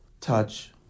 touch